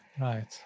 Right